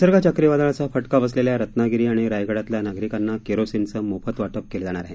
निसर्ग चक्रीवादळाचा फटका बसलेल्या रत्नागिरी आणि रायगडातल्या नागरिकांना केरोसिनचे मोफत वाटप केले जाणार आहे